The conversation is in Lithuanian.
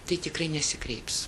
tai tikrai nesikreips